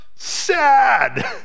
sad